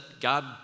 God